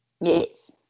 Yes